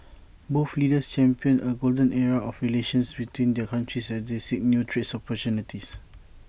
both leaders championed A golden era of relations between their countries as they seek new trade opportunities